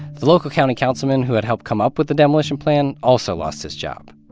the local county councilman who had helped come up with the demolition plan also lost his job.